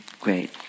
Great